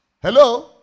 hello